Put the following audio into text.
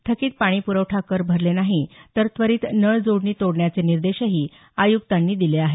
थकित पाणी प्रवठा कर भरले नाही तर त्वरित नळ जोडणी तोडण्याचे निर्देशही आय्क्तांनी दिले आहेत